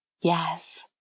Yes